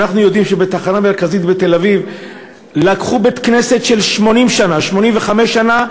אנחנו יודעים שלקחו בית-כנסת בן 80 שנה בתחנה המרכזית בתל-אביב,